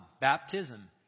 baptism